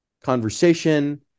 conversation